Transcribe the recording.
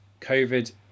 COVID